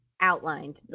outlined